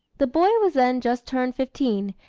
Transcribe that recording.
the boy was then just turned fifteen,